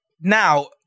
now